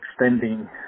extending